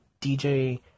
DJ